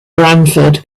branford